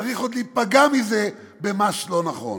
צריך עוד להיפגע מזה במס לא נכון?